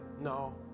no